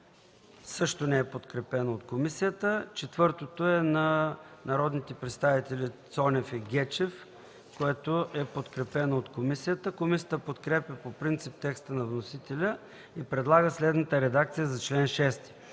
също не е подкрепено от комисията. Четвъртото предложение е на народните представители Цонев и Гечев, което е подкрепено от комисията. Комисията подкрепя по принцип текста на вносителя и предлага следната редакция за чл. 6: